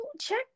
check